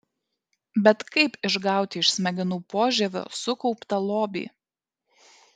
bet kaip išgauti iš smegenų požievio sukauptą lobį